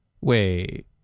Wait